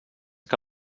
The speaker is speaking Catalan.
que